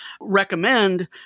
recommend